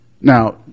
now